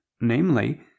namely